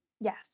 Yes